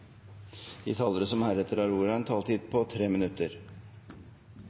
De talere som heretter får ordet, har en taletid på inntil 3 minutter.